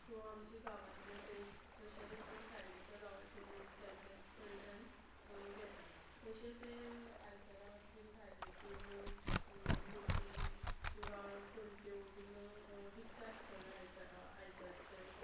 so आमचे गांवांतले लोक तशेच सायडीच्या गांवाचे लोक तेंच्या कडल्यान घेतात तशें ते आयतराक बीन भायर वचून मुर्ती किंवां पणट्यो बीन विकतात थंय आयता आयतारचे